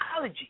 allergies